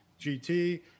GT